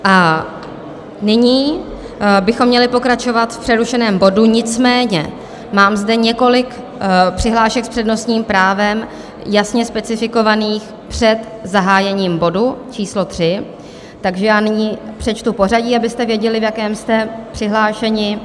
A nyní bychom měli pokračovat v přerušeném bodu, nicméně mám zde několik přihlášek s přednostním právem jasně specifikovaných před zahájením bodu číslo 3, takže já nyní přečtu pořadí, abyste věděli, v jakém jste přihlášeni.